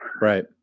right